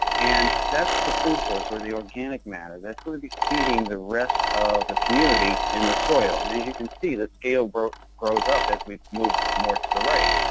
and that's the food source, or the organic matter. that's going to be feeding the rest of the community in the soil. and as you can see, the scale grows grows up as we move more to the right.